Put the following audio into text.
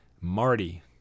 Marty